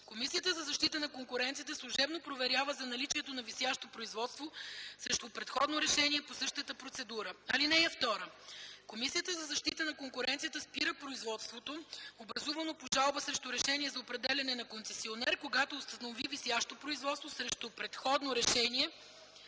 Комисията за защита на конкуренцията служебно проверява за наличието на висящо производство срещу предходно решение по същата процедура. (2) Комисията за защита на конкуренцията спира производството, образувано по жалба срещу решение за определяне на концесионер, когато установи висящо производство срещу предходно решение